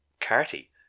Carty